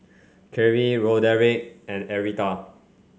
Carey Roderick and Arietta